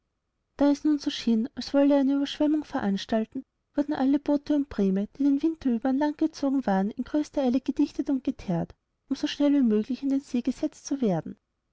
sein lächelndes gesicht ablegt und zeigt daß er allen ernstes gefährlichseinkann daesnunsoschien alswolleereineüberschwemmungveranstalten wurden alle boote und prähme die den winter über an land gezogen waren in größter eile gedichtet und geteert um so schnell wie möglich in den see gesetzt zu werden